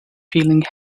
feeling